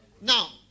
Now